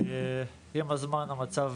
עם הזמן המצב